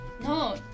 No